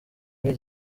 muri